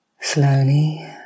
Slowly